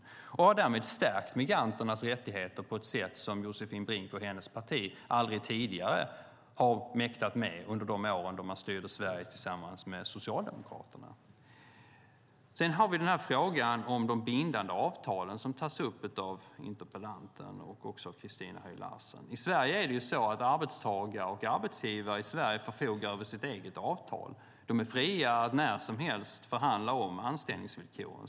Därmed har vi stärkt migranternas rättigheter på ett sätt som Josefin Brink och hennes parti aldrig tidigare har mäktat med under de år som de styrde Sverige tillsammans med Socialdemokraterna. Sedan har vi frågan om de bindande avtalen som tas upp av interpellanten och också av Christina Höj Larsen. I Sverige förfogar arbetstagare och arbetsgivare över sitt eget avtal. De är fria att när som helst förhandla om anställningsvillkoren.